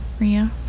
Ria